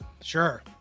Sure